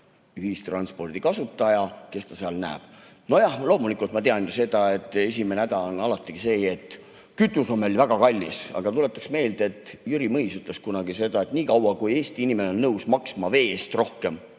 ühistranspordi kasutaja pilguga. Nojah, loomulikult ma tean, et esimene häda on alati see, et kütus on meil väga kallis, aga tuletaks meelde, et Jüri Mõis ütles kunagi, et niikaua, kui Eesti inimene on nõus maksma vee eest rohkem